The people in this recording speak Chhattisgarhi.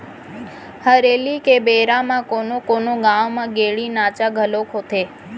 हरेली के बेरा म कोनो कोनो गाँव म गेड़ी नाचा घलोक होथे